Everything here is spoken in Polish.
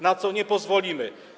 Na to nie pozwolimy.